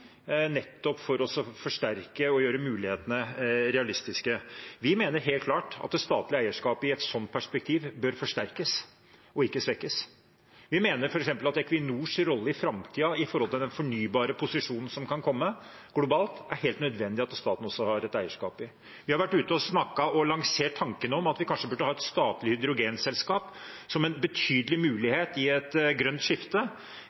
nettopp for å forsterke og gjøre mulighetene realistiske? Vi mener helt klart at det statlige eierskapet i et slikt perspektiv bør forsterkes og ikke svekkes. Vi mener f.eks. at Equinors rolle i framtiden opp mot den fornybare posisjonen som kan komme globalt, er det helt nødvendig at staten også har et eierskap i. Vi har vært ute og lansert tanken om at vi kanskje burde ha et statlig hydrogenselskap som en betydelig mulighet i et grønt skifte.